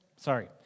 Sorry